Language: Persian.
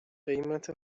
قیمت